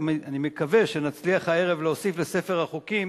אני מקווה שנצליח הערב להוסיף לספר החוקים